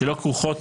שאינן כרוכות